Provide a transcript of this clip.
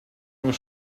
your